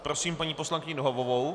Prosím paní poslankyni Nohavovou.